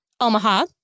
Omaha